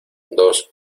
dos